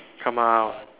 come out